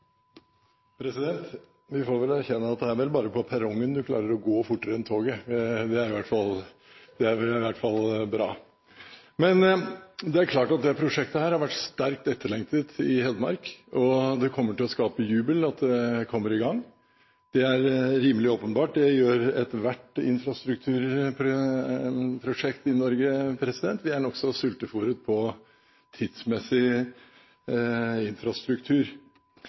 bare på perrongen vi kan gå fortere enn toget! Det er i hvert fall bra. Det er klart at dette prosjektet har vært sterkt etterlengtet i Hedmark, og det kommer til å skape jubel at det kommer i gang. Det er rimelig åpenbart. Det gjør ethvert infrastrukturprosjekt i Norge – vi er nokså sultefôret på tidsmessig infrastruktur.